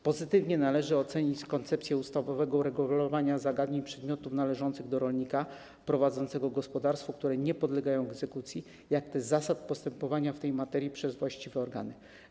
Pozytywnie należy ocenić koncepcję ustawowego uregulowania zagadnień przedmiotów należących do rolnika prowadzącego gospodarstwo, które nie podlegają egzekucji, jak też zasad postępowania w tej materii przez właściwe organy.